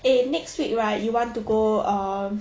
eh next week right you want to go um